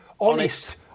Honest